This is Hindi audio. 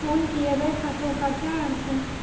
पूल किए गए खातों का क्या अर्थ है?